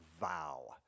vow